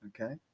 Okay